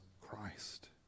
Christ